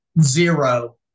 zero